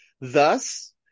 Thus